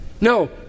No